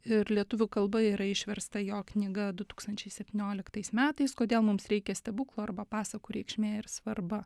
ir lietuvių kalba yra išversta jo knyga du tūkstančiai septynioliktais metais kodėl mums reikia stebuklo arba pasakų reikšmė ir svarba